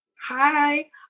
Hi